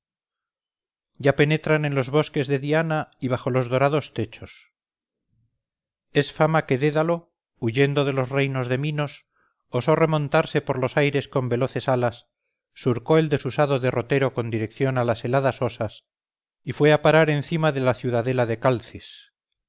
ya penetran en los bosques de diana y bajo los dorados techos es fama que dédalo huyendo de los reinos de minos osó remontarse por los aires con veloces alas surcó el desusado derrotero con dirección a las heladas osas y fue a parar encima de la ciudadela de calcis